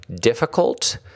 difficult